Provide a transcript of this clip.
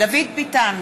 דוד ביטן,